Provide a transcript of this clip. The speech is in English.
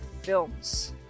films